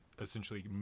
essentially